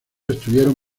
estuvieron